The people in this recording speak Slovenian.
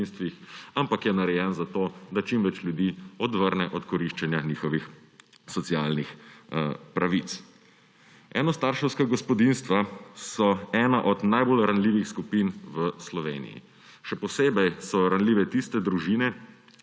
ampak je narejen tako, da čim več ljudi odvrne od koriščenja njihovih socialnih pravic. Enostarševska gospodinjstva so ena od najbolj ranljivih skupin v Sloveniji. Še posebej so ranljive tiste družine,